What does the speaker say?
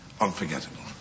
Unforgettable